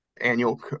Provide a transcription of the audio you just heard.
annual